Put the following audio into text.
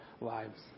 lives